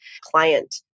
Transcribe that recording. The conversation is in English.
client